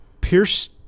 Pierce